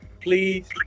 please